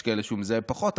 יש כאלה שהוא מזהה פחות,